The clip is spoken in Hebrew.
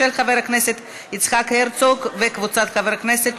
של חבר הכנסת יצחק הרצוג וקבוצת חברי כנסת,